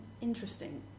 interesting